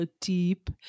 deep